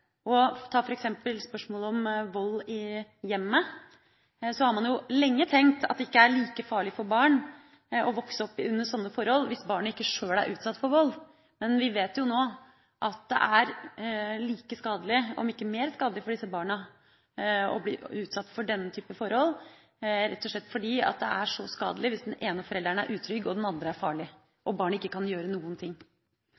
Ta f.eks. spørsmålet om vold i hjemmet. Man har lenge tenkt at det ikke er like farlig for barn å vokse opp under sånne forhold hvis barnet ikke sjøl er utsatt for vold. Men vi vet jo nå at det er like skadelig, om ikke mer skadelig, for disse barna å bli utsatt for denne typen forhold, rett og slett fordi det er skadelig hvis den ene av foreldrene er utrygg og den andre er farlig,